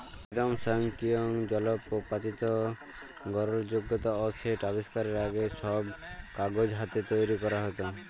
বেদম স্বয়ংকিরিয় জলত্রপাতির গরহলযগ্যতা অ সেট আবিষ্কারের আগে, ছব কাগজ হাতে তৈরি ক্যরা হ্যত